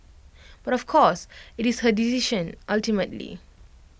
but of course IT is her decision ultimately